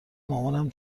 مامانم